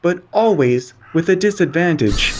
but always with a disadvantage